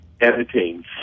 editing